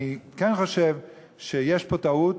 אני כן חושב שיש פה טעות,